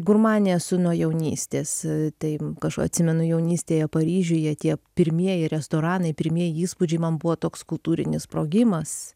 gurmanė esu nuo jaunystės tai kaž atsimenu jaunystėje paryžiuje tie pirmieji restoranai pirmieji įspūdžiai man buvo toks kultūrinis sprogimas